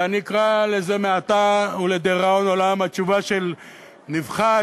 ואני אקרא לזה מעתה ולדיראון עולם התשובה של "נבחן,